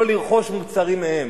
לא לרכוש מוצרים מהם,